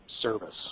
service